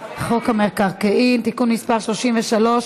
חוק המקרקעין (תיקון מס' 33),